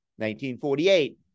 1948